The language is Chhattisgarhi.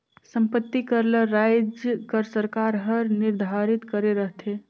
संपत्ति कर ल राएज कर सरकार हर निरधारित करे रहथे